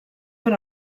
per